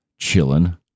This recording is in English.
chilling